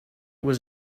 was